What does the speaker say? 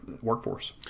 workforce